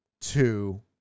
two